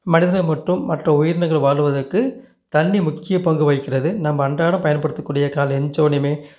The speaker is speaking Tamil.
மனிதர் மட்டும் மற்ற உயிரினங்கள் வாழ்வதற்கு தண்ணி முக்கிய பங்கு வகிக்கிறது நம்ம அன்றாடம் பயன்படுத்தக்கூடிய காலையில் ஏழ்ஞ்ச உடனையுமே